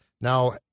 now